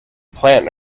plant